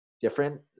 Different